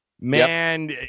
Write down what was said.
Man